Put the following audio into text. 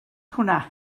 hwnna